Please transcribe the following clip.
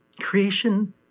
Creation